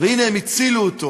והנה, הם הצילו אותו.